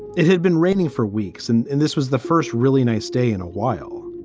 it had been raining for weeks. and and this was the first really nice day in a while.